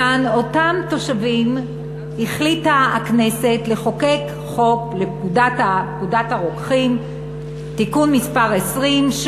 למען אותם תושבים החליטה הכנסת לחוקק תיקון לפקודת הרוקחים (מס' 20),